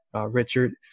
Richard